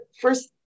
first